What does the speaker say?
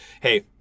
hey